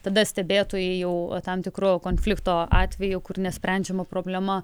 tada stebėtojai jau tam tikru konflikto atveju kur nesprendžiama problema